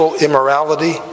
immorality